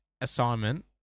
assignment